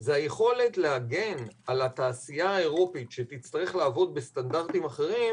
זה היכולת להגן על התעשייה האירופאית שתצטרך לעבוד בסטנדרטים אחרים,